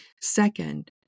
Second